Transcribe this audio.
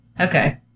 Okay